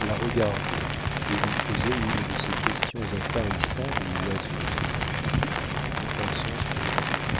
la regardaient ou lui faisaient une de ces questions intarissables et oiseuses qui toutes ont un sens pour une mère